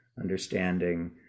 understanding